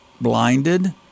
blinded